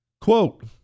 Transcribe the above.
Quote